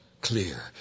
clear